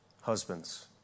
husbands